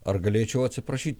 ar galėčiau atsiprašyt